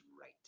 right